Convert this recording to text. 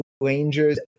Rangers